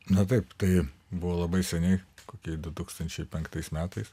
na taip tai buvo labai seniai kokiais du tūkstančiai penktais metais